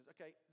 Okay